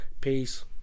Peace